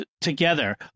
together